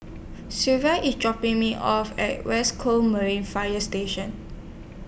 Sylvia IS dropping Me off At West Coast Marine Fire Station